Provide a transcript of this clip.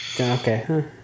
Okay